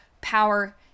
power